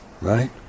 Right